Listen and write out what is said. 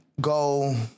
go